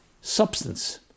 substance